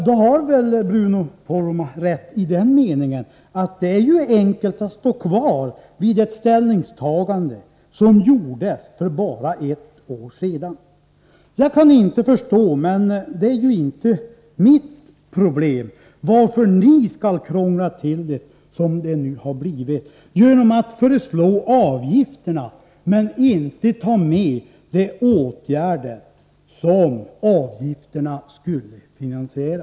Då har väl Bruno Poromaa rätt i den meningen att det är enkelt att stå kvar vid ett ställningstagande som gjordes för bara ett år sedan. Jag kan inte förstå — men det är ju inte mitt problem — varför ni skall krångla till det som det nu har blivit, genom att föreslå avgifterna men inte ta med de åtgärder som avgifterna skulle finansiera.